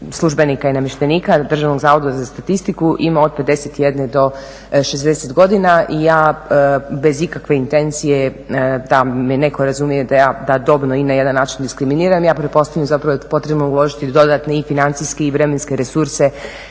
službenika i namještenika Državnog zavoda za statistiku ima od 51 do 60 godina i ja bez ikakve intencije da me netko razumije da dobno i na jedan način diskriminiram ja pretpostavljam zapravo da je potrebno uložiti dodatne i financijske i vremenske resurse